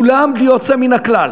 כולם בלי יוצא מן הכלל.